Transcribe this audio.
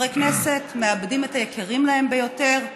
חברי כנסת מאבדים את היקרים להם ביותר,